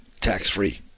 tax-free